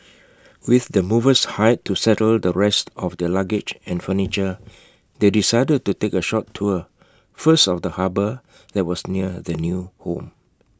with the movers hired to settle the rest of their luggage and furniture they decided to take A short tour first of the harbour that was near their new home